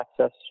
access